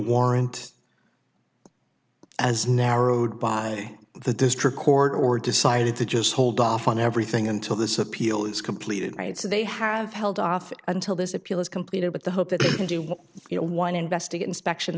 warrant as narrowed by the district court or decided to just hold off on everything until this appeal is completed right so they have held off until this appeal is completed with the hope that they can do what you know one investigate inspection